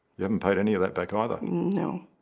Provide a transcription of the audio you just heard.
you haven't paid any of that back either. no